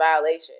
violation